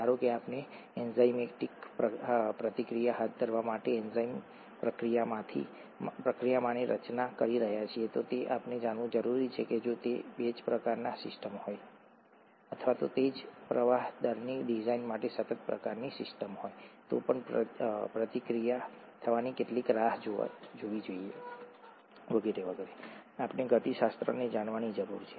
ધારો કે આપણે એન્ઝાઇમેટિક પ્રતિક્રિયા હાથ ધરવા માટે એન્ઝાઇમ પ્રતિક્રિયાની રચના કરી રહ્યા છીએ તો આપણે જાણવું જરૂરી છે કે જો તે બેચ પ્રકારની સિસ્ટમ હોય અથવા તો જો તે પ્રવાહ દરની ડિઝાઇન માટે સતત પ્રકારની સિસ્ટમ હોય તો પણ પ્રતિક્રિયા થવાની કેટલી રાહ જોવી જોઈએ વગેરે વગેરે આપણે ગતિશાસ્ત્રને જાણવાની જરૂર છે